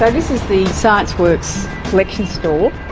yeah this is the scienceworks collections store.